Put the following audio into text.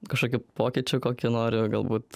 kažkokiu pokyčiu kokį noriu galbūt